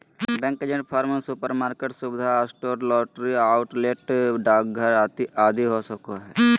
bank agent farm, supermarket, सुविधा store, lottery outlet, डाकघर आदि हो सको हइ